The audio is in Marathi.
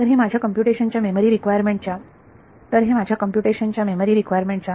तर हे माझ्या कम्प्युटेशन च्या मेमरी रिक्वायरमेंट च्या टर्म मध्ये आपल्याला काय सांगत आहेत